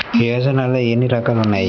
యోజనలో ఏన్ని రకాలు ఉన్నాయి?